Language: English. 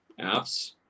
apps